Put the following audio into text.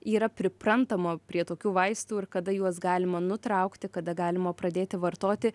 yra priprantama prie tokių vaistų ir kada juos galima nutraukti kada galima pradėti vartoti